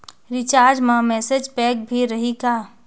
Recharge मा message pack भी रही का?